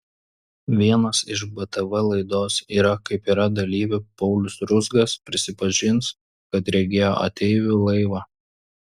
vienas iš btv laidos yra kaip yra dalyvių paulius ruzgas prisipažins kad regėjo ateivių laivą